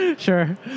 Sure